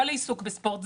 לא לעיסוק בספורט,